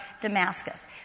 Damascus